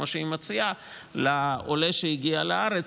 כמו שהיא מציעה לעולה שהגיע לארץ?